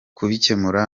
kubikemura